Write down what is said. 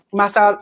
masa